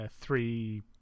three